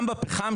גם בפחם,